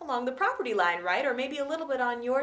along the property line right or maybe a little bit on your